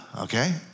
okay